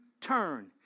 turn